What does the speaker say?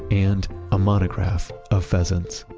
and a monograph of pheasants.